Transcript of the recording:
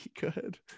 good